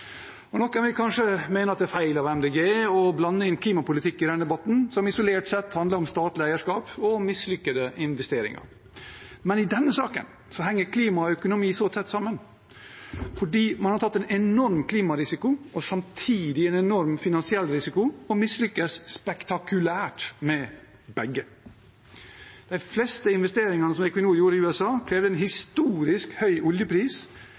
Noen vil kanskje mene at det er feil av Miljøpartiet De Grønne å blande inn klimapolitikk i denne debatten, som isolert sett handler om statlig eierskap og mislykkede investeringer. Men i denne saken henger klima og økonomi så tett sammen, fordi man har tatt en enorm klimarisiko og samtidig en enorm finansiell risiko og mislyktes spektakulært med begge. De fleste investeringene Equinor gjorde i USA, krever en historisk høy oljepris